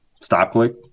Stop-click